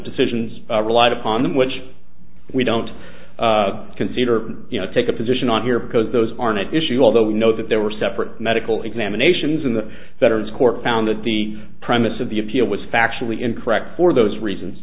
decisions relied upon them which we don't consider you know take a position on here because those aren't an issue although we know that there were separate medical examinations in the veterans court found that the premise of the appeal was factually incorrect for those reasons